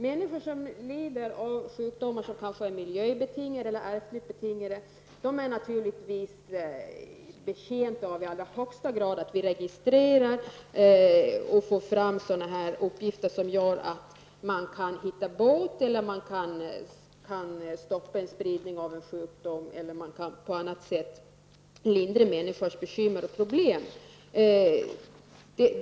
Människor som lider av sjukdomar som kanske är miljöbetingade eller ärftligt betingade är naturligtvis i allra högsta grad betjänta av att vi registrerar och får fram uppgifter som gör att man kan hitta bot för eller stoppa spridning av en sjukdom eller på annat sätt lindra människors bekymmer och problem.